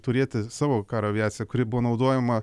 turėti savo karo aviaciją kuri buvo naudojama